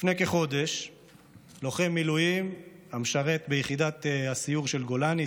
לפני כחודש לוחם מילואים המשרת ביחידת הסיור של גולני,